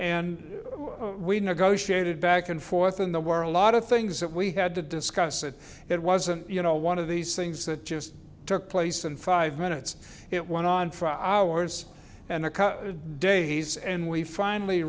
and we negotiated back and forth in the world lot of things that we had to discuss it it wasn't you know one of these things that just took place and five minutes it went on for hours and the cut days and we finally